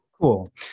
Cool